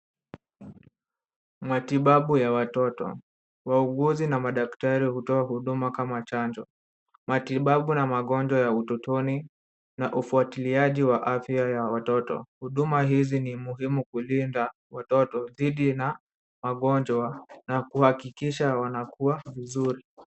Matibabu ya watoto. Wauguzi na madaktari hutoa huduma kama chanjo. Matibabu na magonjwa ya utotoni na ufuatiliaji wa afya ya watoto. Huduma hizi ni muhimu kulinda watoto dhidi na magonjwa na kuhakikisha wanakua vizuri.